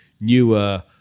newer